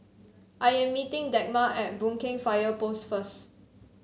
I am meeting Dagmar at Boon Keng Fire Post first